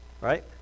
right